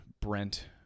brent